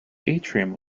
atrium